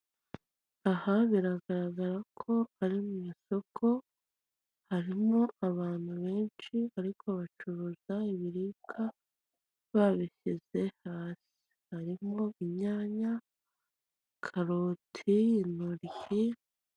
Aha biragaragara ko ari mu isoko harimo abantu benshi ariko bacuruza ibiribwa babishyize hasi harimo inyanya, karoti intoryi...